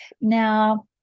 now